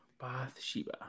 Bathsheba